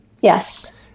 Yes